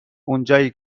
اونجایی